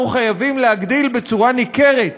אנחנו חייבים להגדיל בצורה ניכרת